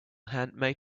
handmade